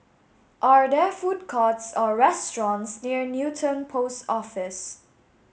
are there food courts or restaurants near Newton Post Office